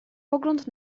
pogląd